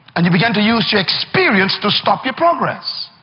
and you begin to use your experience to stop your progress.